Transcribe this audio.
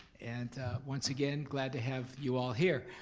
and once again, glad to have you all here.